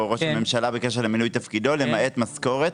ראש הממשלה בקשר למילוי תפקידו למעט משכורת,